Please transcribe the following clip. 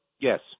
Yes